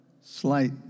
slight